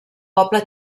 poble